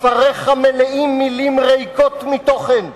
ספריך מלאים מלים ריקות מתוכן.